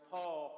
Paul